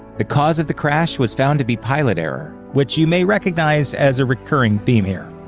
the cause of the crash was found to be pilot error, which you may recognize as a recurring theme here.